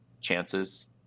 chances